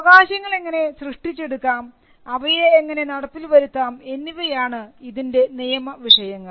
അവകാശങ്ങൾ എങ്ങനെ സൃഷ്ടിച്ചെടുക്കാം അവയെ എങ്ങനെ നടപ്പിൽ വരുത്താം എന്നിവയാണ് ഇതിൻറെ നിയമ വിഷയങ്ങൾ